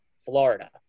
Florida